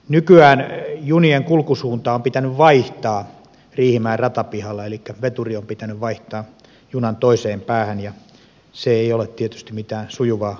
nykyään junien kulkusuuntaa on pitänyt vaihtaa riihimäen ratapihalla elikkä veturi on pitänyt vaihtaa junan toiseen päähän ja se ei ole tietysti mitään sujuvaa liikennöintiä